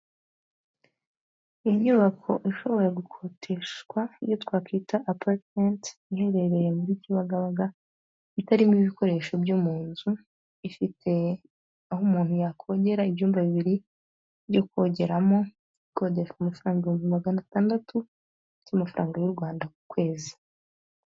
Inyubako ishobora gukodeshwa, iyo twakwita apatimenti, iherereye muri Kibagabaga, itarimo ibikoresho byo mu nzu, ifite aho umuntu yakongera ibyumba bibiri byo kogeramo, ikodeshwa amafaranga ibihumbi magana atandatu by'amafaranga y'u Rwanda ku kwezi.